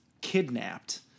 kidnapped